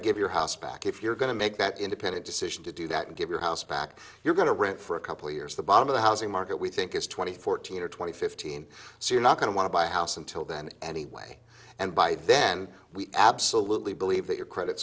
to give your house back if you're going to make that independent decision to do that and get your house back you're going to rent for a couple of years the bottom of the housing market we think is twenty fourteen or twenty fifteen so you're not going to want to buy a house until then anyway and by then we absolutely believe that your credit